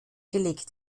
gelegt